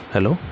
Hello